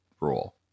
rule